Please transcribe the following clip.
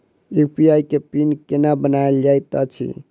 UPI केँ PIN केना बनायल जाइत अछि